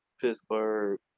Pittsburgh